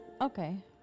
Okay